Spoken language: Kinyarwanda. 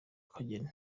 kageni